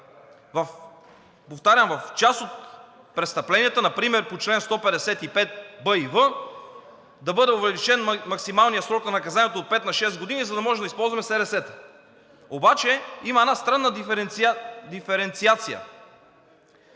в част от престъпленията, например по чл. 155б и в, да бъде увеличен максималният срок на наказанието от пет на шест години, за да можем да използваме СРС-та. Обаче има една странна диференциация.